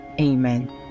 Amen